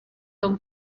hong